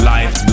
Life